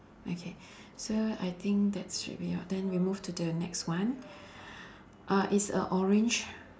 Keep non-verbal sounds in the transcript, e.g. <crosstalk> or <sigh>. okay so I think that should be all then we move to the next one <breath> uh it's a orange